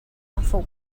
awful